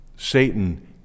Satan